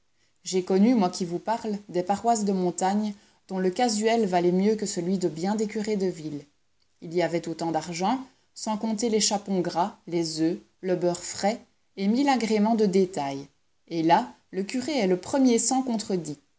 j'ai connu moi qui vous parle des paroisses de montagne dont le casuel valait mieux que celui de bien des curés de ville il y avait autant d'argent sans compter les chapons gras les oeufs le beurre frais et mille agréments de détail et là le curé est le premier sans contredit